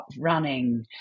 running